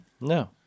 No